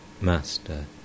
Master